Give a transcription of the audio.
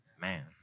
Man